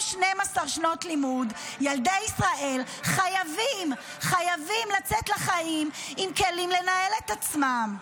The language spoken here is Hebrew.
12 שנות לימוד ילדי ישראל חייבים לצאת לחיים עם כלים לנהל את עצמם?